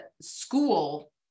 school